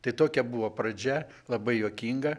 tai tokia buvo pradžia labai juokinga